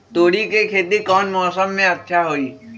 तोड़ी के खेती कौन मौसम में अच्छा होई?